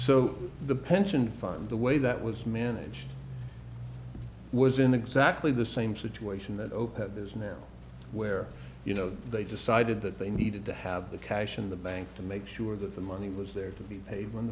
so the pension fund the way that was managed was in exactly the same situation that oprah is now where you know they decided that they needed to have the cash in the bank to make sure that the money was there to be paid